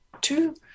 two